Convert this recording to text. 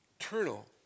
eternal